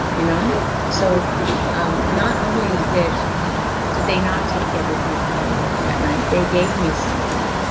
you know so um not only did did they not take everything from me that night, they gave me something